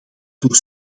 voor